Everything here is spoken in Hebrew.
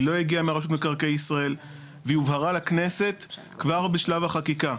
היא לא הגיעה מרשות מקרקעי ישראל והיא הובהרה לכנסת כבר בשלב החקיקה.